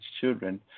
children